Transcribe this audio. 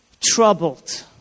troubled